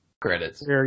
credits